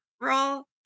Roll